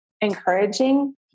encouraging